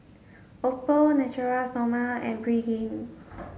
Oppo Natura Stoma and Pregain